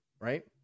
right